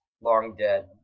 long-dead